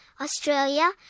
Australia